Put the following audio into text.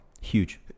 Huge